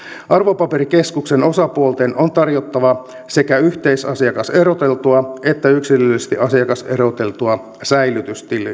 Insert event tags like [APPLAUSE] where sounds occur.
arvopaperikeskuksen osapuolten on tarjottava sekä yhteisasiakaseroteltua että yksilöllisesti asiakaseroteltua säilytystiliä [UNINTELLIGIBLE]